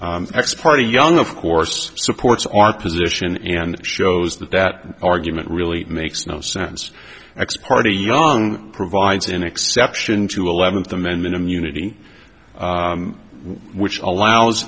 ex party young of course supports our position and shows that that argument really makes no sense x party young provides an exception to eleventh amendment immunity which allows